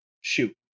shoot